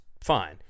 fine